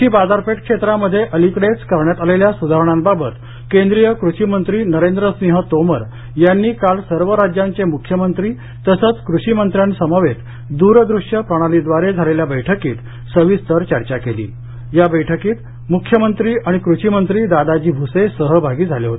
कृषी बाजारपेठ क्षेत्रामध्ये अलीकडेच करण्यात आलेल्या सुधारणांबाबत केंद्रीय कृषीमंत्री नरेंद्रसिंह तोमर यांनी काल सर्व राज्यांचे मुख्यमंत्री तसंच कृषीमंत्र्यांसमवेत द्रदृश्य प्रणालीद्वारे झालेल्या बैठकीत सविस्तर चर्चा केली या बैठकीत मुख्य मंत्री आणि कृषी मंत्री दादाजी भुसे सहभागी झाले होते